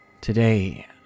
Today